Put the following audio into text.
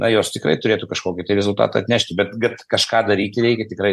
na jos tikrai turėtų kažkokį tai rezultatą atnešti bet kad kažką daryti reikia tikrai